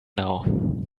now